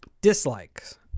dislikes